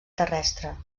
terrestre